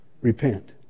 Repent